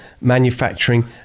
manufacturing